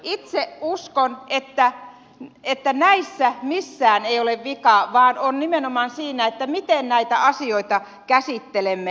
itse uskon että näissä missään ei ole vikaa vaan vikaa on nimenomaan siinä miten näitä asioita käsittelemme